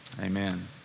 Amen